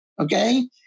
okay